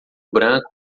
branco